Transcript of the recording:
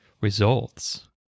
results